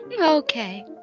Okay